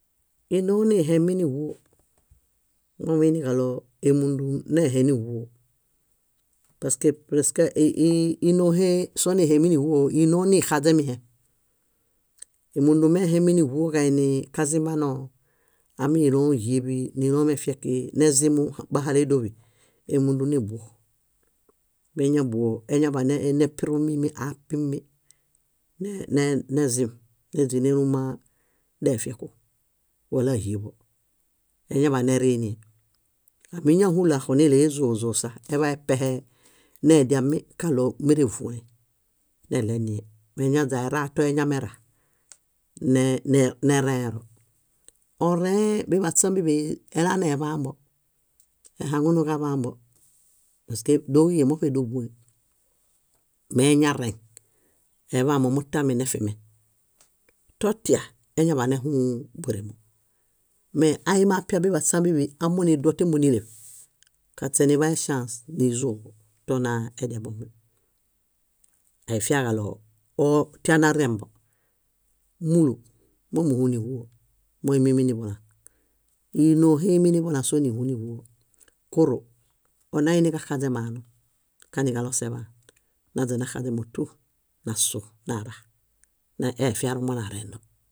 Énoo nehemi níĥuo, momuiġaɭo émundun néhẽniĥuo paske presk i- i- ínoohe sonihemi níĥuo, ínoo nixaźemihem. Émundun mehemi níĥuoġaini kazimbano, áminilõhieḃi, nílomefieki nezimu bahale édoḃi, émundunebuo. Méñabuo añaḃanepiru mími aapimi ne- nezim néźaneluma defieku wala híeḃo, eñaḃanerinie. Ámiñahulo áxunileezozosa. Eḃay epehe nediami kaɭo mérevuolen, neɭenie. Eñaźaera toeñamera, ne- ne- nerẽero. Orẽhe biḃaśam bíḃi elaneḃaambo, ehaŋunuġaḃambo paske dóġie muṗe dóbõhe. Meñareŋ aḃanefimen, totia eñaḃanehũũ. Meaimiapiae bíḃaśambi aminiduotembo níleṗ, kaśeniḃay eŝãs nízoḃo tonarembomi, aifaġaɭo oo tianarembo. Múlu mómuhuniĥuo, moiminiḃulaŋ. Ínoohe iiminiḃulaŋ sónihuniĥuo. Kuru, onainiġaxaźemaanu, kaniġaloseḃaan, naźanaxazemo tú, nasu nara. Na efiarumonarendo.